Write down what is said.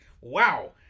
wow